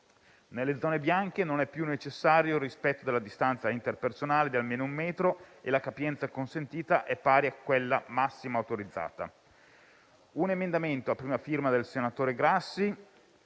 nelle zone bianche non è più necessario il rispetto della distanza interpersonale di almeno un metro e la capienza consentita è pari a quella massima autorizzata. Un emendamento, a prima firma del senatore Grassi,